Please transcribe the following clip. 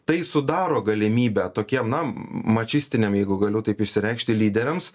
tai sudaro galimybę tokiem na mačistinam jeigu galiu taip išsireikšti lyderiams